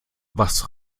was